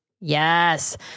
yes